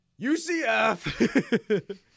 UCF